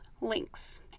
links